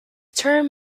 term